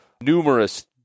numerous